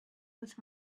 with